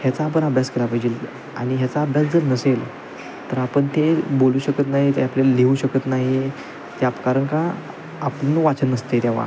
याचा आपण अभ्यास करायला पाहिजे आणि याचा अभ्यास जर नसेल तर आपण ते बोलू शकत नाही ते आपण लिहू शकत नाही त्या कारण की आपले वाचन नसते आहे तेव्हा